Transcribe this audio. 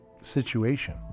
situation